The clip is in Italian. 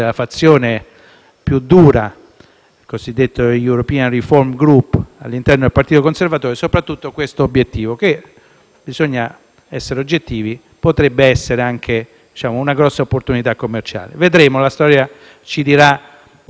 (il cosiddetto *European* *reform* *group* del partito conservatore, c'è soprattutto questo obiettivo che, bisogna essere oggettivi, potrebbe essere anche una grande opportunità commerciale. Vedremo, la storia ci dirà da che parte sono andati.